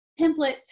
templates